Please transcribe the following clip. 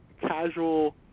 casual